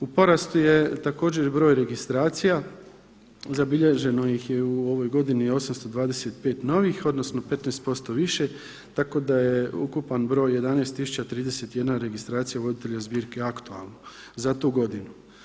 U porastu je također i broj registracija zabilježeno ih je u ovoj godini 825 novih odnosno 15% više tako da je ukupan broj 11 tisuća 31 registracija voditelja zbirki aktualno za tu godinu.